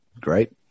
Great